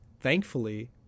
thankfully